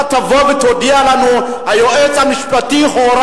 אתה תבוא ותודיע לנו: היועץ המשפטי הורה